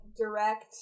direct